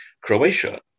Croatia